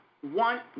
one